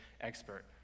expert